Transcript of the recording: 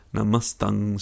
Namastang